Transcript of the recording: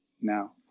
now